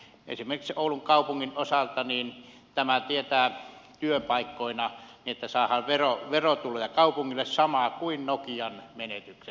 esimerkiksi oulun kaupungin osalta tämä tietää työpaikkoina niin että saadaan verotuloja kaupungille samaa kuin nokian menetykset